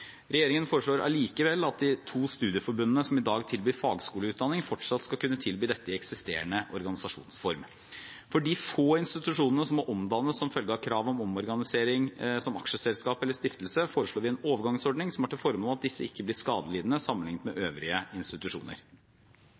Regjeringen foreslår allikevel at de to studieforbundene som i dag tilbyr fagskoleutdanning, fortsatt skal kunne tilby dette i eksisterende organisasjonsform. For de få institusjonene som må omdannes som følge av krav om omorganisering til aksjeselskap eller stiftelse, foreslår vi en overgangsordning som har til formål at disse ikke blir skadelidende sammenlignet med øvrige institusjoner.